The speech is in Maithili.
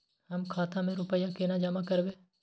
हम खाता में रूपया केना जमा करबे?